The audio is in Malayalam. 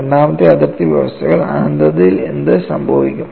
രണ്ടാമത്തെ അതിർത്തി വ്യവസ്ഥകൾ അനന്തതയിൽ എന്ത് സംഭവിക്കും